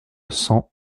cent